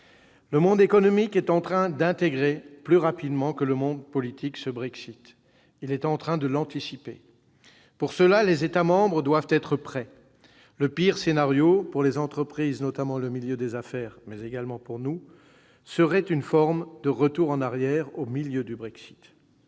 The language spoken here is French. Le monde économique est en train d'intégrer ce Brexit plus rapidement que le monde politique. Il est en train de l'anticiper. Pour cela, les États membres doivent être prêts. Le pire scénario pour les entreprises, notamment le milieu des affaires, et pour nous, serait une forme de retour en arrière au milieu du Brexit.